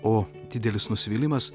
o didelis nusivylimas